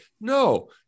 No